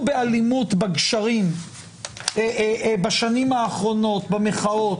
באלימות בגשרים בשנים האחרונות במחאות,